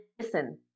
listen